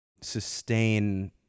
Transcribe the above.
sustain